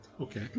okay